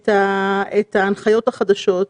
את ההנחיות החדשות.